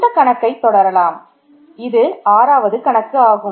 இந்த கணக்கை தொடரலாம் இது ஆறாவது கணக்கு ஆகும்